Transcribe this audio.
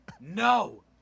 No